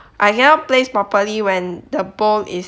I cannot place properly when the bowl is